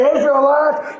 Israelites